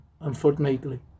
unfortunately